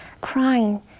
crying